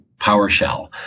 PowerShell